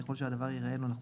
ככל שהדבר יראה לו נחוץ,